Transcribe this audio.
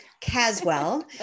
Caswell